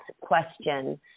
question